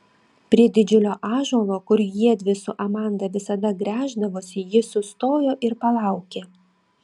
prie didžiulio ąžuolo kur jiedvi su amanda visada gręždavosi ji sustojo ir palaukė